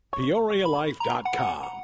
peorialife.com